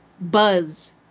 buzz